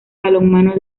balonmano